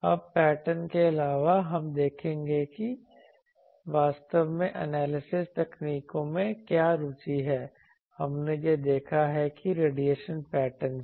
अब पैटर्न के अलावा हम देखेंगे कि वास्तव में एनालिसिस तकनीकों में क्या रुचि है हमने यह देखा है एक रेडिएशन पैटर्न से